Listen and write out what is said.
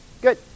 Good